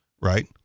Right